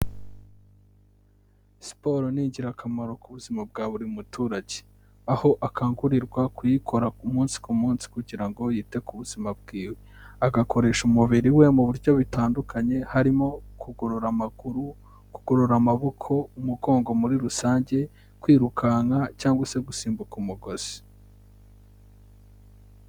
Siporo ni ingirakamaro ku buzima bwa buri muturage. Aho akangurirwa kuyikora umunsi ku munsi kugira ngo yite ku buzima bw'iwe. Agakoresha umubiri we mu buryo butandukanye, harimo kugorora amaguru, kugorora amaboko, umugongo muri rusange, kwirukanka cyangwa se gusimbuka umugozi.